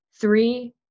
Three